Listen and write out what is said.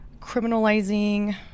criminalizing